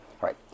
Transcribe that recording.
right